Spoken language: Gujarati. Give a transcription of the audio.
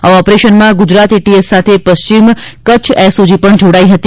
આ ઓપરેશનમાં ગુજરાત એટીએસ સાથે પશ્ચિમ કચ્છ એસઓજી પણ જોડાઈ હતી